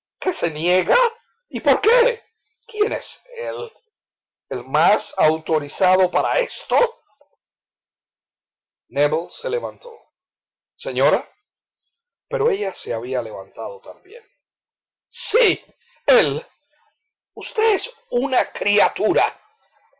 qué se niega y por qué quién es él el más autorizado para esto nébel se levantó señora pero ella se había levantado también sí él usted es una criatura